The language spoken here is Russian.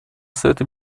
совета